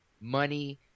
money